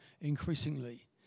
increasingly